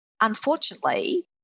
Unfortunately